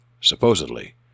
supposedly